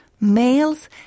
males